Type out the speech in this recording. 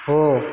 हो